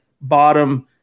bottom